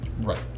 Right